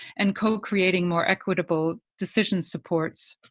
and co-creating more equitable decision supports.